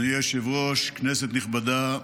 אדוני היושב-ראש, כנסת נכבדה,